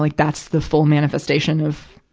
like that's the full manifestation of,